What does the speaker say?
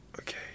Okay